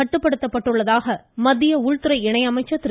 கட்டுப்படுத்தப்பட்டுள்ளதாக மத்திய உள்துறை இணை அமைச்சர் திரு